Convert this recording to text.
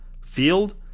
field